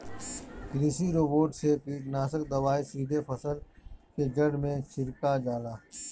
कृषि रोबोट से कीटनाशक दवाई सीधे फसल के जड़ में छिड़का जाला